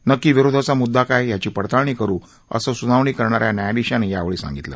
नक्की विरोधाचा मुददा काय त्याची पडताळणी करु असं सुनावणी करणा या न्यायाधीशांनी योवळी सांगितलं